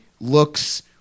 looks